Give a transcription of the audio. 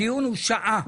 הדיון הוא שעה,